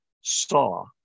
saw